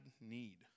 need